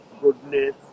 goodness